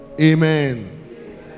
Amen